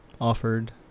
offered